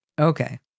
Okay